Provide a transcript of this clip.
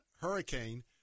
hurricane